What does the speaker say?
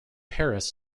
paris